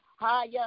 higher